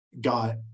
got